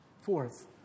Fourth